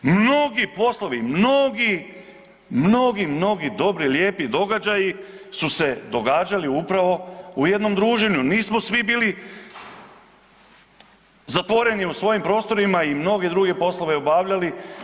Mnogi poslovi, mnogi, mnogi dobri, lijepi događaji su se događali upravo u jednom druženju, nismo svi bili zatvoreni u svojim prostorima i mnoge druge poslove obavljali.